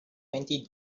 twenty